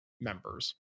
members